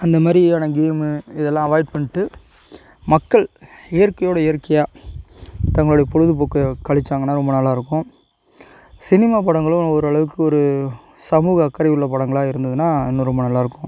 அந்த மாதிரியான கேமு இதெல்லாம் அவாய்ட் பண்ணிட்டு மக்கள் இயற்கையோட இயற்கையாக தங்களுடைய பொழுதுபோக்கை கழிச்சாங்கன்னா ரொம்ப நல்லா இருக்கும் சினிமாப் படங்களும் ஓரளவுக்கு ஒரு சமூக அக்கறையுள்ள படங்களாக இருந்துதுன்னா இன்னும் ரொம்ப நல்லாருக்கும்